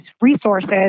resources